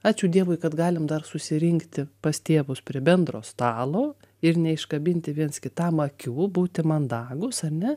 ačiū dievui kad galim dar susirinkti pas tėvus prie bendro stalo ir neiškabinti viens kitam akių būti mandagūs ar ne